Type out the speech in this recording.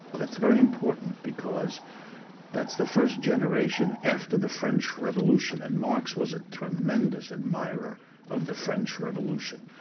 that's very important, because that's the first generation after the french revolution. and marx was a tremendous admirer of the french revolution,